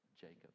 Jacob